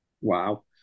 wow